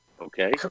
Okay